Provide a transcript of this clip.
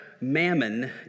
mammon